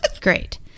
Great